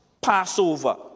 Passover